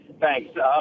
Thanks